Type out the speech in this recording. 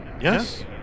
Yes